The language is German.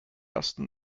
ersten